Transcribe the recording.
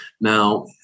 Now